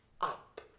up